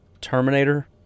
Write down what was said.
Terminator